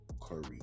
Curry